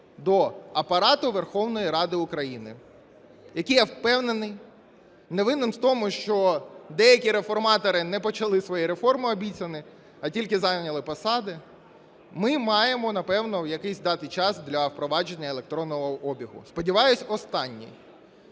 до Апарату Верховної Ради України, який, я впевнений, не винен в тому, що деякі реформатори не почали свої реформи обіцяні, а тільки зайняли посади, ми маємо, напевно, якийсь дати час для впровадження електронного обігу, сподіваюся, останній.